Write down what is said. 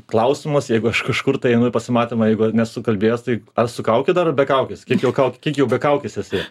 klausimas jeigu aš kažkur tai einu į pasimatymą jeigu nesu kalbėjęs tai ar su kauke dar be kaukės kiek juokauti kiek jau be kaukės esu